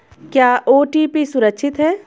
क्या ओ.टी.पी सुरक्षित है?